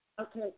Okay